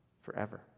forever